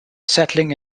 settling